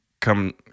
come